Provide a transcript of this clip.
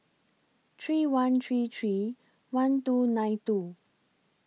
three one three three one two nine two